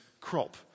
crop